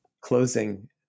closing